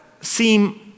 seem